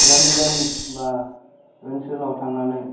गामि गामि बा ओनसोलाव थांनानै